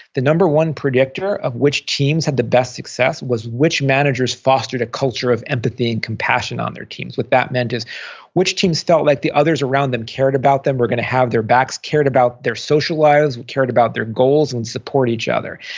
the number one predictor of which teams had the best success was which managers fostered a culture of empathy and compassion on their teams. what that meant is which teams felt like the others around them cared about them, were going to have their backs, cared about their social lives, cared about their goals, and supported other.